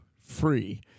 free